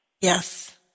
Yes